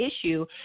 issue